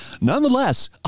Nonetheless